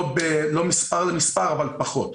לא מספר במספר אבל פחות.